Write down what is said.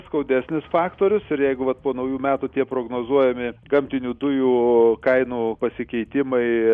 skaudesnis faktorius ir jeigu vat po naujų metų tie prognozuojami gamtinių dujų kainų pasikeitimai